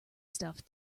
stuff